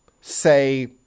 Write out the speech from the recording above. say